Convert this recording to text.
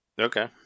Okay